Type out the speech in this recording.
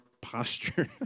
posture